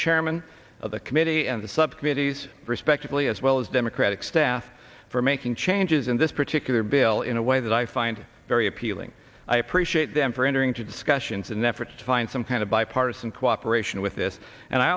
chairman of the committee and the subcommittees respectively as well as democratic staff for making changes in this particular bill in a way that i find very appealing i appreciate them for entering into discussions and efforts to find some kind of bipartisan cooperation with this and i